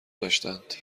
داشتند